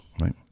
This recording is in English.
Right